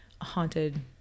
haunted